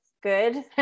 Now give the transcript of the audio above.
good